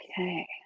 Okay